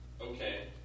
Okay